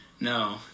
No